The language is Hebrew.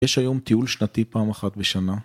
יש היום טיול שנתי פעם אחת בשנה